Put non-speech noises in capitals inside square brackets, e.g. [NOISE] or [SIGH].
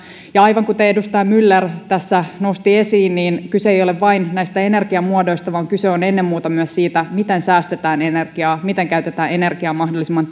ja aivan kuten edustaja myller tässä nosti esiin niin kyse ei ei ole vain näistä energiamuodoista vaan kyse on ennen muuta myös siitä miten säästetään energiaa miten käytetään energiaa mahdollisimman [UNINTELLIGIBLE]